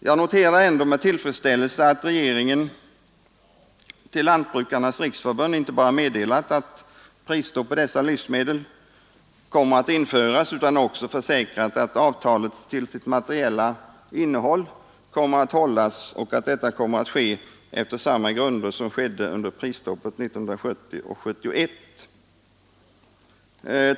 Jag noterar ändå med tillfredsställelse att regeringen till Lantbrukarnas riksförbund i förväg inte bara meddelat att prisstopp på dessa livsmedel kommer att införas utan också försäkrat att avtalet till sitt materiella innehåll kommer att hållas och att detta kommer att ske på samma grunder som under prisstoppet 1970 och 1971.